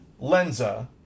Lenza